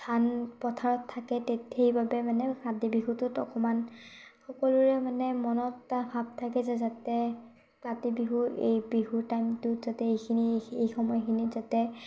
ধান পথাৰত থাকে সেইবাবে মানে কাতি বিহুটোত অকণমান সকলোৰে মানে মনত এটা ভাৱ থাকে যাতে কাতি বিহু এই বিহু টাইমটোত যাতে এইখিনি এই সময়খিনিত যাতে